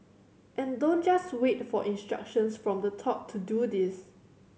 and don't just wait for instructions from the top to do this